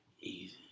easy